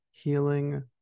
healing